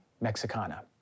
mexicana